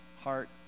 heart